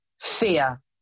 Fear